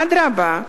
אדרבה,